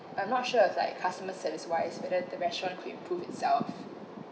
I'm not sure it's like customer service wise but then the restaurant could improve itself